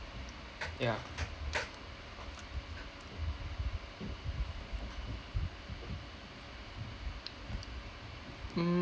yeah